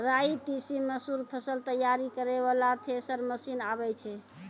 राई तीसी मसूर फसल तैयारी करै वाला थेसर मसीन आबै छै?